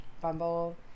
Bumble